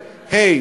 ה',